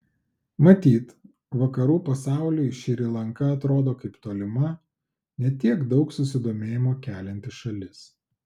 matyt vakarų pasauliui šri lanka atrodo kaip tolima ne tiek daug susidomėjimo kelianti šalis